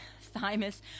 thymus